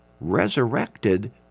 resurrected